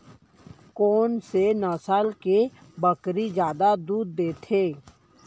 कोन से नस्ल के बकरी जादा दूध देथे